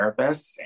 therapists